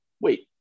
wait